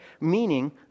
Meaning